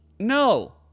No